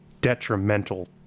detrimental